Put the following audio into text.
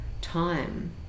time